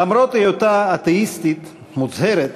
למרות היותה אתאיסטית מוצהרת,